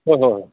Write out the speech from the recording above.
ꯍꯣꯏ ꯍꯣꯏ